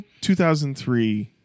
2003